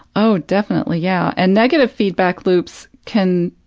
oh, definitely. yeah. and negative feedback loops can,